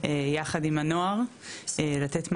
יחד עם הנוער לתת מענה.